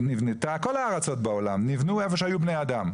נבנתה, כל הארצות בעולם נבנו איפה שהיו בני אדם.